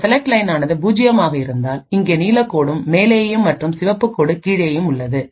இந்த select line ஆனது பூஜ்ஜியமாக இருந்தால்இங்கே நீலக்கோடு மேலேயும் மற்றும் சிவப்பு கோடு கீழேயும் உள்ளது